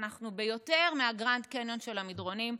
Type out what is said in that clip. אנחנו ביותר מהגרנד-קניון של המדרונים.